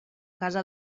casa